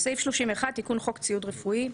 תיקון חוק31.בחוק ציוד רפואי,